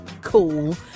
cool